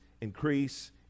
increase